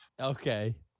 Okay